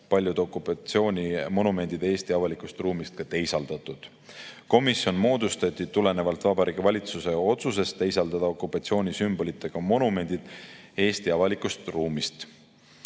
paljud okupatsioonimonumendid Eesti avalikust ruumist teisaldatud. Komisjon moodustati tulenevalt Vabariigi Valitsuse otsusest teisaldada okupatsioonisümbolitega monumendid Eesti avalikust ruumist.